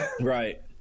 Right